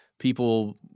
people